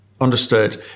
Understood